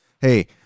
hey